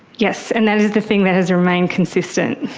yes, and that is the thing that has remained consistent.